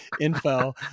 info